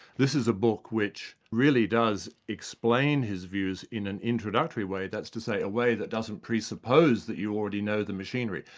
this is a book which really does explain his views in an introductory way that's to say a way that doesn't presuppose that you already know the machinery,